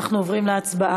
אנחנו עוברים להצבעה.